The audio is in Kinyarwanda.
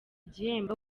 gihembo